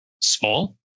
small